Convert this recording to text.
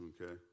okay